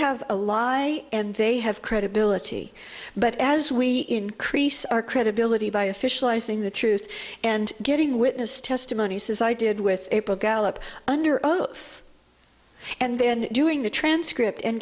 have a lie and they have credibility but as we increase our credibility by official izing the truth and getting witness testimonies as i did with gallup under oath and then doing the transcript and